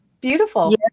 Beautiful